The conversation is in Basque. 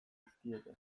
dizkiete